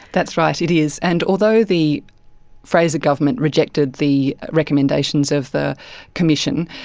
that's right, it is, and although the fraser government rejected the recommendations of the commission,